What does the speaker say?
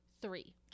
three